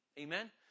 Amen